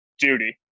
duty